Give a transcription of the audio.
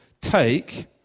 take